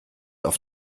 auf